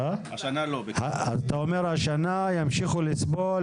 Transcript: אתה אומר השנה ימשיכו לסבול,